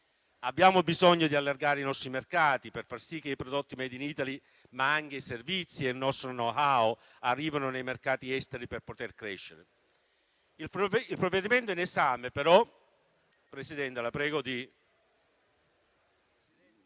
Abbiamo bisogno di allargare i nostri mercati, per far sì che i prodotti *made in Italy*, ma anche i servizi e il nostro *know-how*, arrivino nei mercati esteri per poter crescere. Il provvedimento in esame però... *(Brusio)*. Presidente, la prego di